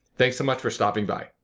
thanks so much for stopping by.